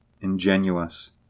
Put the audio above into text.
ingenuous